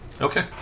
Okay